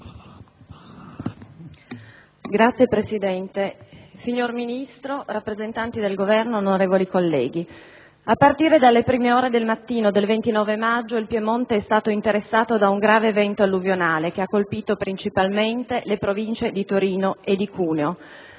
Signor Presidente, signor Ministro, rappresentanti del Governo, onorevoli colleghi, a partire dalle prime ore del mattino del 29 maggio scorso, il Piemonte è stato interessato da un grave evento alluvionale che ha colpito, principalmente, le Province di Torino e Cuneo.